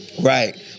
Right